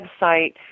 website